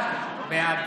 בעד